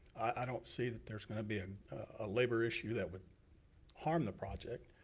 i don't see that there's gonna be a ah labor issue that would harm the project.